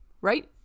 Right